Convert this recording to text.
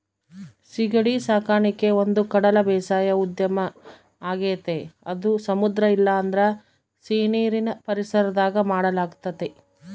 ಸೀಗಡಿ ಸಾಕಣಿಕೆ ಒಂದುಕಡಲ ಬೇಸಾಯ ಉದ್ಯಮ ಆಗೆತೆ ಅದು ಸಮುದ್ರ ಇಲ್ಲಂದ್ರ ಸೀನೀರಿನ್ ಪರಿಸರದಾಗ ಮಾಡಲಾಗ್ತತೆ